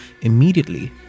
immediately